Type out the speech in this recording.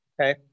Okay